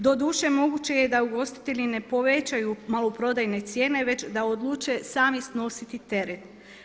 Doduše moguće je da ugostitelji ne povećaju maloprodajne cijene već da odluče sami snositi teret.